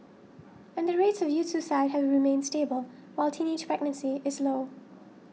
and the rates of youth suicide have remained stable while teenage pregnancy is low